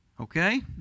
okay